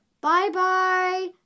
Bye-bye